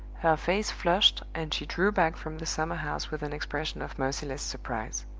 her face flushed and she drew back from the summerhouse with an expression of merciless surprise.